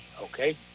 okay